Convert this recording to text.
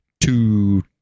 two